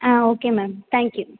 ah okay ma'am thank you